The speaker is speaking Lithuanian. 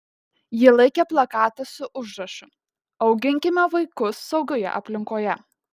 ji laikė plakatą su užrašu auginkime vaikus saugioje aplinkoje